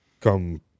come